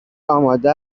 آماده